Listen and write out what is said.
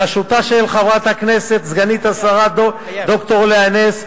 בראשותה של חברת הכנסת וסגנית השר ד"ר לאה נס,